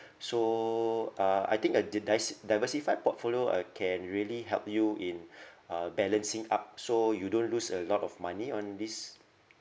so uh I think a di~ dis~ diversified portfolio uh can really help you in uh balancing up so you don't lose a lot of money on this